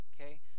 okay